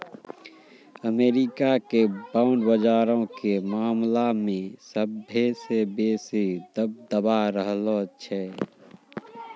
America के bond बजारो के मामला मे सभ्भे से बेसी दबदबा रहलो छै